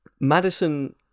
Madison